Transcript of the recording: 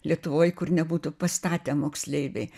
lietuvoj kur nebūtų pastatę moksleiviai